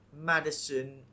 Madison